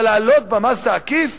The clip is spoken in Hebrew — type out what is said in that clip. אבל להעלות במס העקיף,